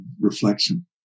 reflection